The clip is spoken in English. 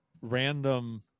random